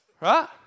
Right